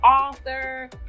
author